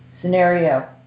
scenario